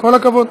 כל הכבוד.